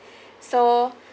so